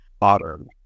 Modern